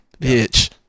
bitch